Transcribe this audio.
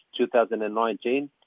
2019